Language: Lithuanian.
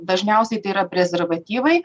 dažniausiai tai yra prezervatyvai